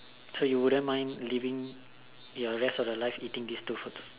so you wouldn't mind living the rest of your life eating this two foods